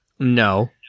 No